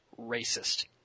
racist